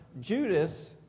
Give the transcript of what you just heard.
Judas